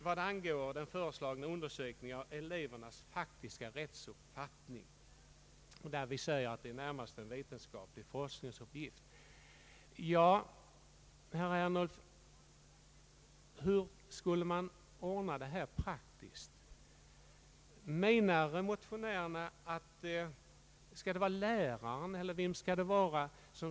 Vad angår den föreslagna undersökningen av elevernas faktiska rättsuppfattning säger utskottsmajoriteten att detta närmast är en vetenskaplig forskningsuppgift. Ja, herr Ernulf, hur skall man ordna det här praktiskt? Menar motionären att lärare eller poliser — eller vem skall det vara?